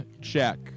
check